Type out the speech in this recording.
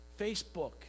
Facebook